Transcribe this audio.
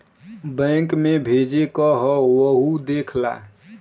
bank मे भेजे क हौ वहु देख ला